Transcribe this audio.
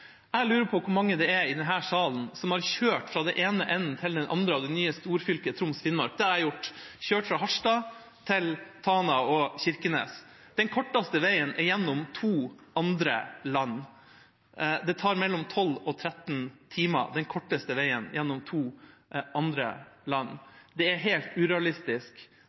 Jeg lurer på hvor mange i denne salen som har kjørt fra den ene til den andre enden av det nye storfylket Troms og Finnmark. Det har jeg gjort. Jeg har kjørt fra Harstad til Tana og Kirkenes. Den korteste veien er gjennom to andre land og tar mellom 12 og 13 timer, gjennom to andre land. Det er helt urealistisk